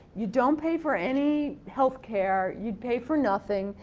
you don't pay for any healthcare, you pay for nothing.